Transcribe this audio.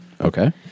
Okay